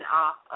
off